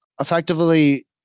Effectively